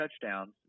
touchdowns